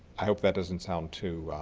i hope that doesn't sound too